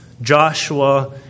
Joshua